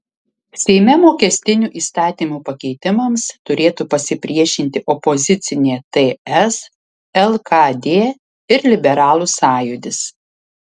seime mokestinių įstatymų pakeitimams turėtų pasipriešinti opozicinė ts lkd ir liberalų sąjūdis